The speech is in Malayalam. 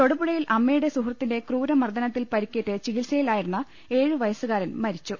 തൊടുപുഴയിൽ അമ്മയുടെ സുഹൃത്തിന്റെ ക്രൂരമർദ്ദനത്തിൽ പരിക്കേറ്റ് ചികിത്സയിലായിരുന്ന ഏഴുവയസ്സുകാരൻ മരിച്ചു